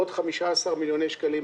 עוד 15 מיליוני שקלים,